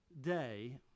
day